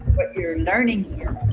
what you are learning here